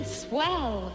swell